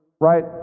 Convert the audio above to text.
right